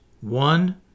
one